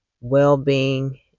well-being